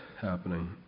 happening